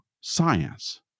science